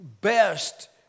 best